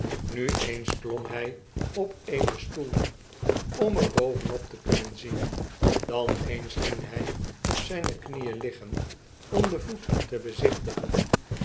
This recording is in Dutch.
nu eens klom hij op eenen stoel om er boven op te kunnen zien dan eens ging hy op zyne knieen liggen om den voet te bezichtigen